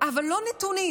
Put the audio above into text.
אבל לא נתונים,